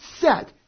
set